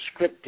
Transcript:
scripted